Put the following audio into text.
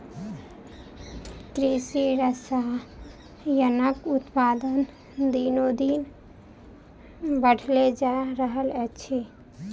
कृषि रसायनक उत्पादन दिनोदिन बढ़ले जा रहल अछि